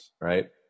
right